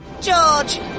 George